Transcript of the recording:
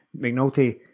McNulty